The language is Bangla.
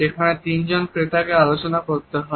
যেখানে তিনজন ক্রেতাকে আলোচনা করতে হয়